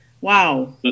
Wow